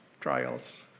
trials